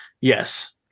yes